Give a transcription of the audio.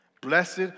blessed